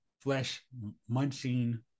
flesh-munching